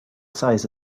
size